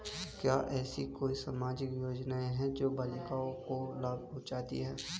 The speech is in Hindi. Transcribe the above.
क्या ऐसी कोई सामाजिक योजनाएँ हैं जो बालिकाओं को लाभ पहुँचाती हैं?